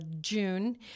June